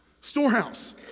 storehouse